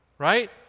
right